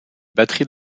batterie